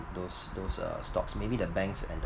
those those uh stocks maybe the banks and the